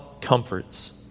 comforts